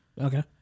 Okay